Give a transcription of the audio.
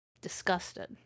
disgusted